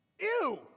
Ew